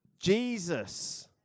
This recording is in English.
Jesus